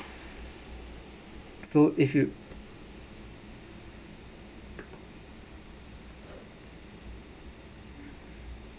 so if you